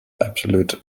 absolute